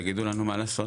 שתגידו לנו מה לעשות.